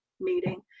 meeting